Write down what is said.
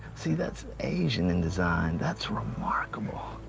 see, that's asian in design. that's remarkable.